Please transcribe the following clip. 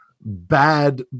bad